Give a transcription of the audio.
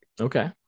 Okay